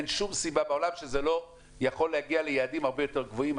אין שום סיבה בעולם שזה לא יכול להגיע ליעדים הרבה יותר גבוהים.